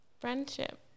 friendship